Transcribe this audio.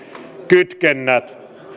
kytkennät